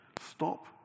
Stop